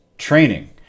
training